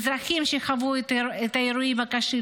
אזרחים שחוו את האירועים הקשים,